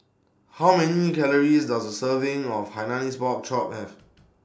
How Many Calories Does A Serving of Hainanese Pork Chop Have